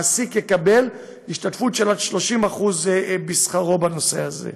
המעסיק יקבל השתתפות של עד 30% משכרו בנושא הזה.